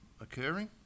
occurring